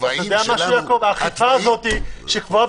התוואים שלנו --- האכיפה הזאת שקבועה